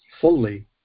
fully